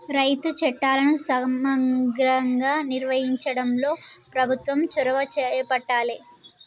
రైతు చట్టాలను సమగ్రంగా నిర్వహించడంలో ప్రభుత్వం చొరవ చేపట్టాలె